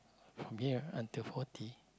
from here until forty